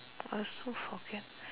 I also forget